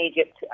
Egypt